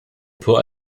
poor